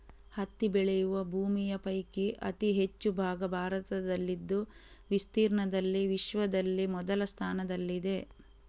ಹತ್ತಿ ಬೆಳೆಯುವ ಭೂಮಿಯ ಪೈಕಿ ಅತಿ ಹೆಚ್ಚು ಭಾಗ ಭಾರತದಲ್ಲಿದ್ದು ವಿಸ್ತೀರ್ಣದಲ್ಲಿ ವಿಶ್ವದಲ್ಲಿ ಮೊದಲ ಸ್ಥಾನದಲ್ಲಿದೆ